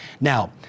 Now